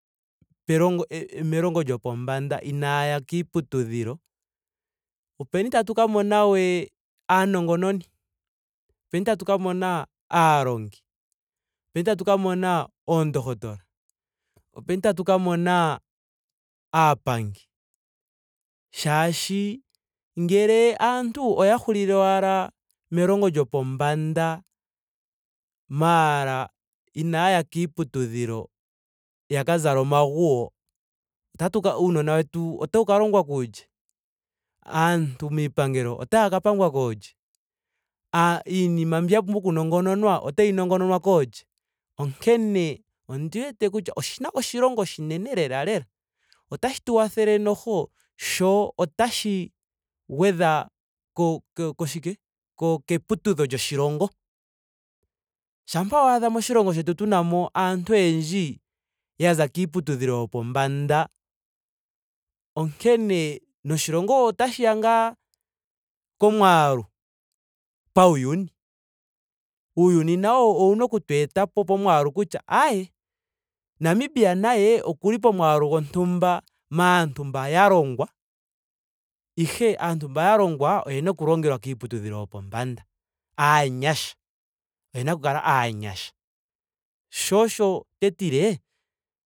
Pe- melongo lyopombanda inaayaya kiiputudhilo. openi tatu ka mona we aanongononi. opena tatu ka mona aalongi. openi tatu ka mona oondohotola. openi tatu ka mona aapangi. shaashi ngele aantu oya hulile owala melongo lyopombanda maara inayaya kiiputudhilo. yaka zale omaguyo. otatuk. uunona wetu otau ka longwa kulye. aantu miipangelo otaaka pangwa koolye aa- iinima mbi ya pumbwa oku nongononwa otayi nongononwa koolye. onkene ondi wete kutya oshina oshilonga oshinene lela lela. Otashi tu wathele noho. sho otashi gwedha ko- koshike keputudho lyoshilongo. Shampa waadha moshilongo shetu tuna mo aantu oyendji yaza kiiputudhilo yopombanda. onkene noshilongo otashiya ngaa komwaalu pauyuni. Uuyuni nawo owuna okutu etapo pomwaalu kutya aye namibia naye okuli pomwaalu gontumba maanntu mba ya longwa. ihe aantu mba ya longwa oyena oku longelwa kiiputudhdilo yopombanda. Aanyasha. oyena oku kala aanyasha. sho osho tetile